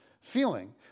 feeling